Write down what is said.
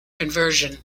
conversion